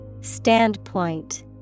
Standpoint